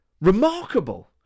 remarkable